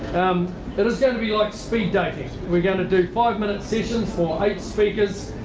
um but it's going to be like speed dating. we're going to do five-minute sessions for eight speakers,